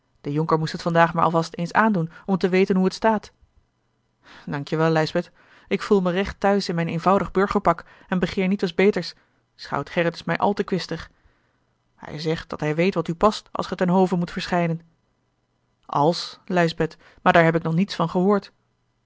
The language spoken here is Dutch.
de jonker moest het vandaag maar al vast eens aandoen om te weten hoe het staat dankje wel lijsbeth ik voel me recht thuis in mijn eenvoudig burgerpak en begeer nietwes beters schout gerrit is mij al te kwistig hij zegt dat hij weet wat u past als ge ten hove moet verschijnen als lijsbeth maar daar heb ik nog niets van gehoord